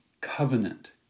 covenant